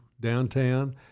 downtown